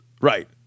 right